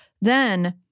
then-